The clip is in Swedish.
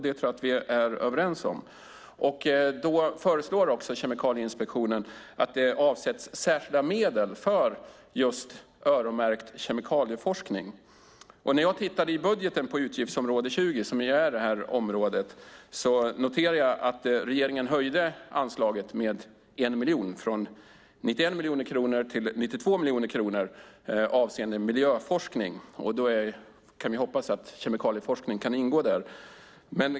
Det tror jag att vi är överens om. Kemikalieinspektionen föreslår också att det avsätts särskilda medel som öronmärks för just kemikalieforskning. När jag tittade i budgeten på utgiftsområde 20, som är det här området, noterade jag att regeringen höjde anslaget med 1 miljon från 91 miljoner kronor till 92 miljoner kronor avseende miljöforskning. Vi kan hoppas att kemikalieforskning kan ingå där.